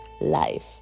life